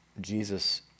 Jesus